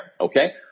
okay